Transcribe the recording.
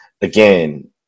again